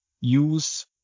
use